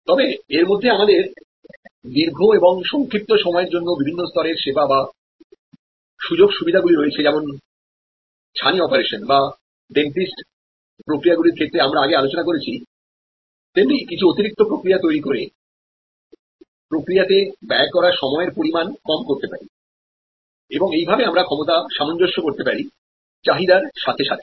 তবে এর মধ্যে আমাদের দীর্ঘ এবং সংক্ষিপ্ত সময়ের জন্য বিভিন্ন স্তরের পরিষেবা বা সুযোগসুবিধাগুলি রয়েছেযেমন ছানি অপারেশন বা ডেন্টিস্ট প্রক্রিয়াগুলির ক্ষেত্রে আমরা আগে আলোচনা করেছি তেমনি কিছু অতিরিক্ত প্রক্রিয়া তৈরি করে প্রক্রিয়াতে ব্যয় করা সময়ের পরিমাণ কম করতে পারি এবং এই ভাবে আমরা ক্ষমতার সামঞ্জস্য করতে পারি চাহিদার সাথে সাথে